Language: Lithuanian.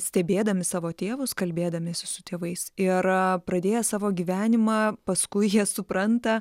stebėdami savo tėvus kalbėdamiesi su tėvais ir pradėję savo gyvenimą paskui jie supranta